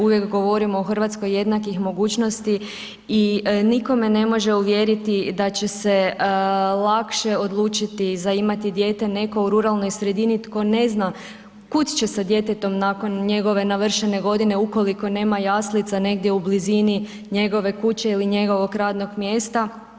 Uvijek govorimo o Hrvatskoj jednakoj mogućnosti i nitko me ne može uvjeriti da će se lakše odlučiti za imati dijete netko u ruralnoj sredini tko ne zna kud će sa djetetom nakon njegove navršene godine ukoliko nema jaslica negdje u blizini njegove kuće ili njegovog radnog mjesta.